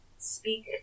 speak